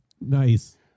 Nice